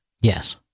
Yes